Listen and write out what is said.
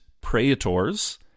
praetors